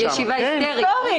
היסטורית.